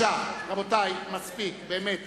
רבותי, מספיק, באמת.